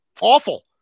awful